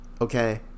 okay